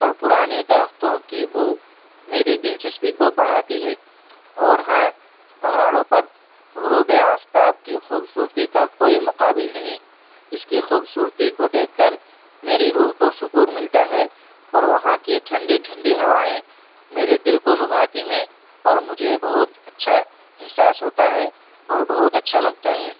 اور پرانے درختوں کی بو میری دلچسپی کو بڑھاتی ہےاور ہاں پہاڑوں پر غروب آفتاب کی خوبصورتی کا کوئی مقابل نہیں اس کی خوبصورتی کو دیکھ کر میری روح کو سکون ملتا ہے اور وہاں کی ٹھنڈی ٹھنڈی ہوائیں میرے دل کو لبھاتی ہیں اور مجھے بہت اچھا احساس ہوتا ہے اور بہت اچھا لگتا ہے